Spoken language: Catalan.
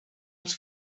els